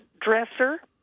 dresser